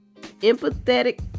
Empathetic